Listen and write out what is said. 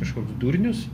kažkoks durnius